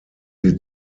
sie